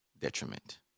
detriment